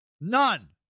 None